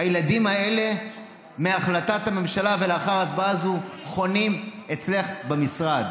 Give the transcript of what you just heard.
הילדים האלה מהחלטת הממשלה ולאחר ההצבעה הזו חונים אצלך במשרד,